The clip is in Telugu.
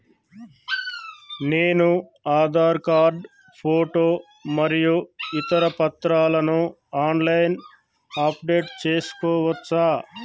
నేను ఆధార్ కార్డు ఫోటో మరియు ఇతర పత్రాలను ఆన్ లైన్ అప్ డెట్ చేసుకోవచ్చా?